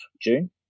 June